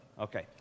Okay